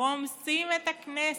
רומסים את הכנסת.